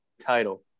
title